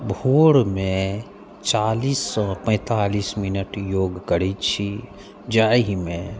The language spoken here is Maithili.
भोरमे चालीससँ पैन्तालीस मिनट योग करै छी जाहिमे